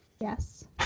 Yes